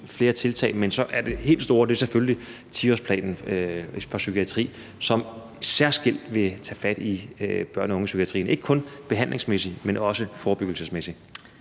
flere tiltag, men det helt store er selvfølgelig 10-årsplanen for psykiatri, som særskilt vil tage fat i børne- og ungepsykiatrien, ikke kun behandlingsmæssigt, men også forebyggelsesmæssigt.